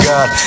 God